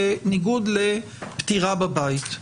בניגוד לפטירה בבית.